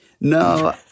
No